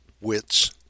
Wits